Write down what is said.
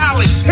Alex